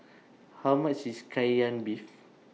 How much IS Kai Lan Beef